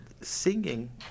singing